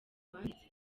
wanditse